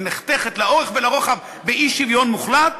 היא נחתכת לאורך ולרוחב באי-שוויון מוחלט,